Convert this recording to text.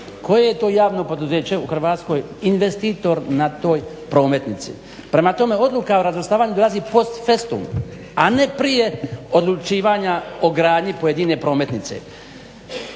koje to javno poduzeće u Hrvatskoj investitor na toj prometnici. Prema tome, odluka o razvrstavanju dolazi post festum, a ne prije odlučivanja o gradnji pojedine prometnice.